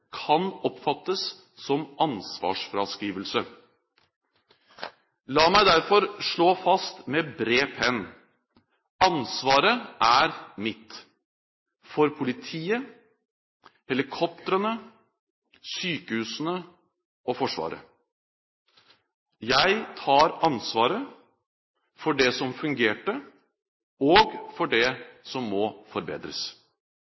kan oppfattes som ansvarsfraskrivelse. La meg derfor slå fast med bred penn: Ansvaret er mitt – for politiet, helikoptrene, sykehusene og Forsvaret. Jeg tar ansvaret – for det som fungerte, og for